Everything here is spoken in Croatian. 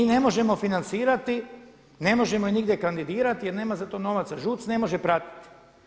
Mi ne možemo financirati, ne možemo ih nigdje kandidirati jer nema za to novaca, ŽUC ne može pratiti.